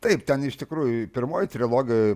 taip ten iš tikrųjų pirmoj trilogijoj